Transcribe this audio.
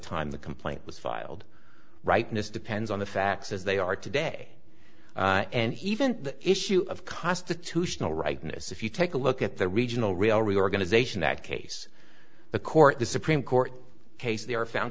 time the complaint was filed rightness depends on the facts as they are today and even the issue of cost to to tional rightness if you take a look at the regional real reorganization that case the court the supreme court case there are found